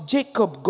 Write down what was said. Jacob